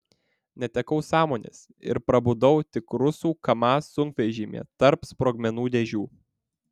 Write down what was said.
netekau sąmonės ir prabudau tik rusų kamaz sunkvežimyje tarp sprogmenų dėžių